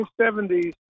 1970s